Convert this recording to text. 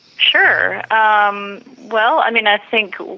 sure. um well, i mean, i think